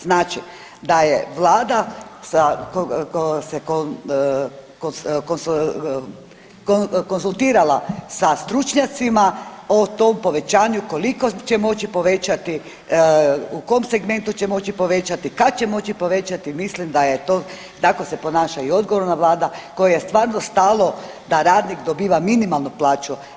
Znači da je vlada sa se konzultirala sa stručnjacima o tom povećanju koliko će moći povećati, u kom segmentu će moći povećati, kad će moći povećati, mislim da je to, tako se ponaša i odgovorna vlada kojoj je stvarno stalo da radnik dobiva minimalnu plaću.